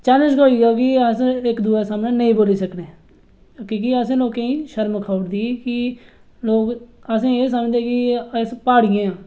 ओह्बी अस इक दूऐ दे सामनै नेईं बोली सकने की के असें लोकें गी शर्म खाई ओड़दी कि लोक असेंगी एह् समझदे कि अस प्हाड़िये आं